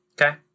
Okay